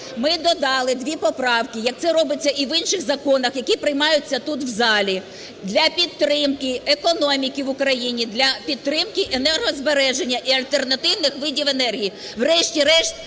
Ми додали дві поправки, як це робиться і в інших законах, які приймаються тут, в залі, для підтримки економіки в Україні, для підтримки енергозбереження і альтернативних видів енергії, врешті-решт,